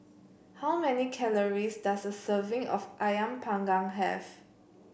how many calories does a serving of ayam Panggang have